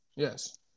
Yes